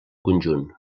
conjunt